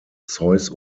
zeus